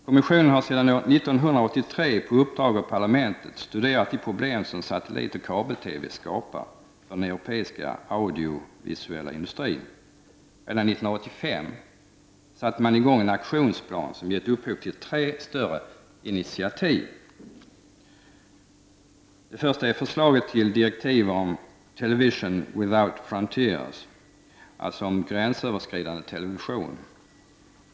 Kommissionen har sedan år 1983, på uppdrag av parlamentet, studerat de problem som satellitoch kabel-TV skapar för den europeiska audiovisuella industrin. Redan 1985 satte man i gång en aktionsplan som gett upphov till tre större initiativ: Det första är förslaget till direktiv om ”Television without frontiers”, alltså om en gränsöverskridande televison.